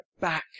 back